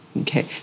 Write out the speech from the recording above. okay